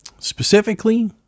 Specifically